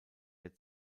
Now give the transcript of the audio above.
der